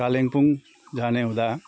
कालिम्पोङ जाने हुँदा